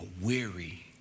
weary